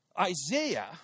Isaiah